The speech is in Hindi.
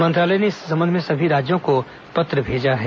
मंत्रालय ने इस संबंध में सभी राज्यों को पत्र भेजा है